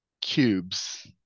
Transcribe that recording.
cubes